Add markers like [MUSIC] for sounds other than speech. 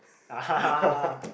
[LAUGHS]